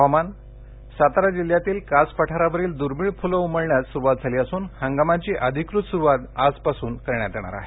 हवामानः सातारा जिल्ह्यातील कास पठारावरील दुर्मिळ फूलं उमलण्यास सुरुवात झाली असून इंगामाची अधिकृत सुरुवात आजपासून सुरु करण्यात येणार आहे